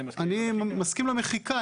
אני מסכים למחיקה.